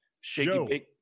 Shaky